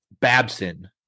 Babson